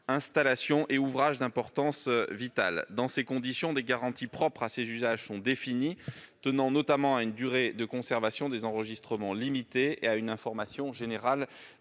installations et ouvrages d'importance vitale. Dans ces conditions, des garanties propres à ces usages sont définies, tenant notamment à une durée de conservation des enregistrements limitée et à une information générale